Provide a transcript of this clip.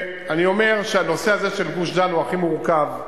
אני אומר שהנושא הזה של גוש-דן הוא הכי מורכב,